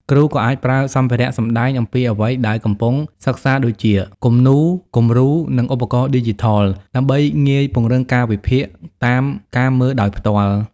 គ្រូក៏អាចប្រើសម្ភារៈសម្ដែងអំពីអ្វីដែលកំពុងសិក្សាដូចជា គំនូរ គំរូ និងឧបករណ៍ឌីជីថល ដើម្បីងាយពង្រឹងការវិភាគ តាមការមើលដោយផ្ទាល់។